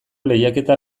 lehiaketa